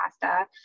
pasta